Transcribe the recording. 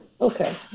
Okay